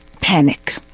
panic